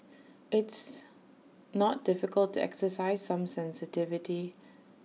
it's not difficult to exercise some sensitivity